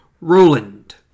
Roland